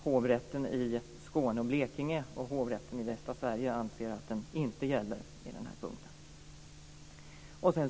Hovrätten i Skåne och Blekinge och Hovrätten i Västra Sverige anser att den inte gäller på den punkten.